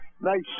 Nice